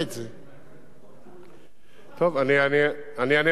טוב, אני אענה מהסוף להתחלה.